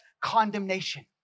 condemnation